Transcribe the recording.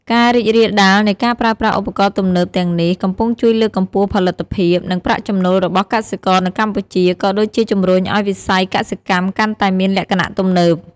ការរីករាលដាលនៃការប្រើប្រាស់ឧបករណ៍ទំនើបទាំងនេះ កំពុងជួយលើកកម្ពស់ផលិតភាព និងប្រាក់ចំណូលរបស់កសិករនៅកម្ពុជា ក៏ដូចជាជំរុញឱ្យវិស័យកសិកម្មកាន់តែមានលក្ខណៈទំនើប។